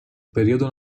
periodo